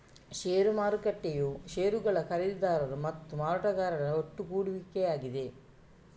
ಷೇರು ಮಾರುಕಟ್ಟೆಯು ಷೇರುಗಳ ಖರೀದಿದಾರರು ಮತ್ತು ಮಾರಾಟಗಾರರ ಒಟ್ಟುಗೂಡುವಿಕೆಯಾಗಿದೆ